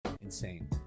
Insane